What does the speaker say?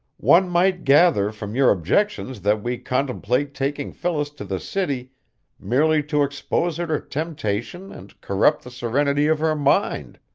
one might gather from your objections that we contemplate taking phyllis to the city merely to expose her to temptation and corrupt the serenity of her mind.